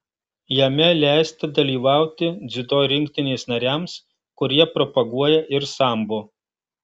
jame leista dalyvauti dziudo rinktinės nariams kurie propaguoja ir sambo